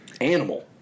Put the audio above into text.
Animal